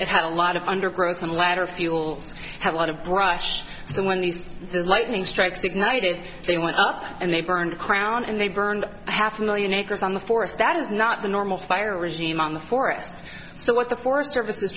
it had a lot of undergrowth and ladder fuels have a lot of brush so when these lightning strikes ignited they went up and they burned crown and they burned half a million acres on the forest that is not the normal fire regime on the forest so what the forest service is